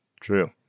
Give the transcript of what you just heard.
true